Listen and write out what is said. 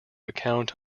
account